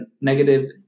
negative